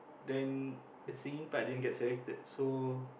then the singing part didn't get selected so